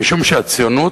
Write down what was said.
משום שהציונות